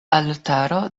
altaro